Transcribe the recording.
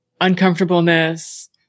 uncomfortableness